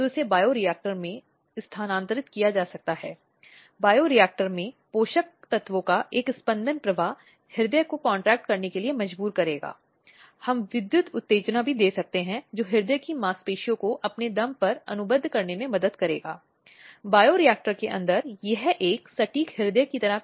अब इस राहत में विभिन्न प्रकार शामिल हैं जिनके बारे में बात की गई है और वे उसे आवश्यक सहायता प्रदान करने का इरादा रखते हैं जिसे उसे पहलू के दौरान तुरंत और साथ ही कुछ समय के लिए चाहिए